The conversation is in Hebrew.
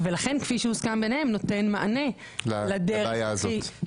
לכן כפי שהוסכם ביניהם נותן מענה לדבר הזה.